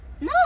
no